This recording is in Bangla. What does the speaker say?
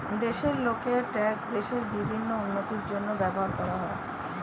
দেশের লোকের ট্যাক্স দেশের বিভিন্ন উন্নতির জন্য ব্যবহার করা হয়